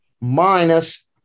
minus